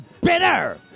bitter